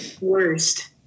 worst